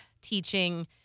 teaching